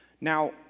Now